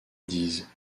dise